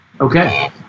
Okay